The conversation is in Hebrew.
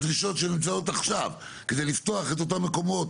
הדרישות שנמצאות עכשיו כדי לפתוח את אותם מקומות